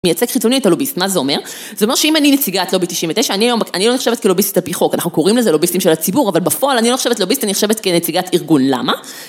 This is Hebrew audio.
מייצג חיצוני את הלוביסט, מה זה אומר? זה אומר שאם אני נציגת לובי 99, אני היום, אני לא נחשבת כלוביסט הפי חוק, אנחנו קוראים לזה לוביסטים של הציבור, אבל בפועל אני לא נחשבת לוביסט, אני נחשבת כנציגת ארגון למה?